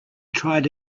tried